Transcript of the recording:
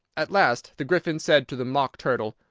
at last the gryphon said to the mock turtle,